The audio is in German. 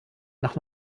nach